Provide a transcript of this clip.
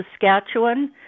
Saskatchewan